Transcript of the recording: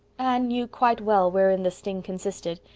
anne knew quite well wherein the sting consisted,